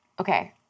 Okay